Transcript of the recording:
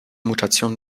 mutation